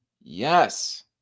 Yes